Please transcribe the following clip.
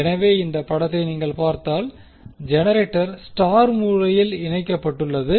எனவே இந்த படத்தை நீங்கள் பார்த்தால் ஜெனரேட்டர் ஸ்டார் முறையில் இணைக்கப்பட்டுள்ளது